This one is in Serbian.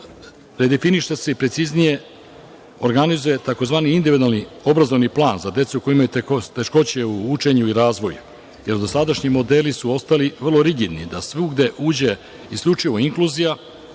Redefiniše se i preciznije organizuje tzv. individualni obrazovni plan za decu koja imaju teškoće u učenju i razvoju, jer dosadašnji modeli su ostali vrlo rigidni da svugde uđe isključivo inkluzija,